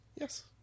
Yes